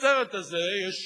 בסרט הזה יש